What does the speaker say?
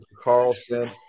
Carlson